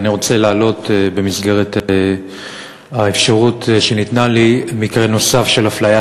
אני רוצה להעלות במסגרת האפשרות שניתנה לי מקרה נוסף של אפליה,